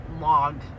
log